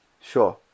Sure